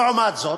לעומת זאת,